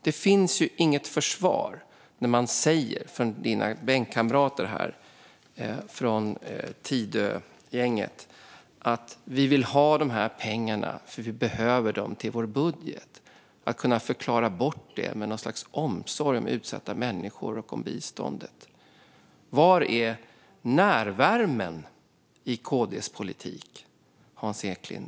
Det finns inget försvar när dina bänkkamrater Tidögänget säger att de vill ha dessa pengar för att de behöver dem till sin budget, Hans Eklind. Det går inte att förklara bort det med något slags omsorg om utsatta människor och om biståndet. Var är närvärmen i KD:s politik, Hans Eklind?